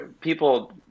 people